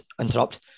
interrupt